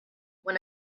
when